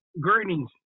Greetings